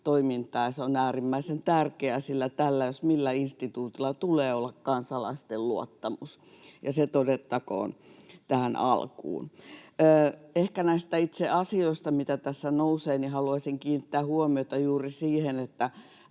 toimintaa. Se on äärimmäisen tärkeää, sillä tällä jos millä instituutilla tulee olla kansalaisten luottamus, ja se todettakoon tähän alkuun. Ehkä näistä, itse asioista, mitä tässä nousee, haluaisin kiinnittää huomiota juuri siihen, että